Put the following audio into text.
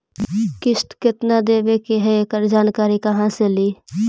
किस्त केत्ना देबे के है एकड़ जानकारी कहा से ली?